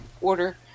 order